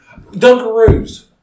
Dunkaroos